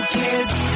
kids